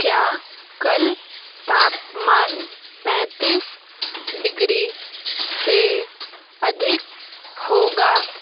क्या कल तापमान पैंतीस डिग्री से अधिक होगा